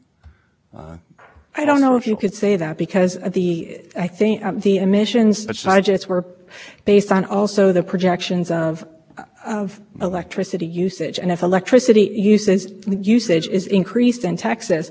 cost controls and i thought there might be a technical documents somewhere that might explain this i didn't find that and in your brief i didn't find the argument that sort of this is a house of cards and you pull out one and the